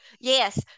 Yes